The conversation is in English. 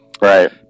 Right